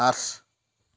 আঠ